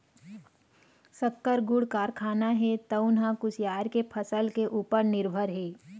सक्कर, गुड़ कारखाना हे तउन ह कुसियार के फसल के उपर निरभर हे